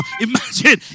imagine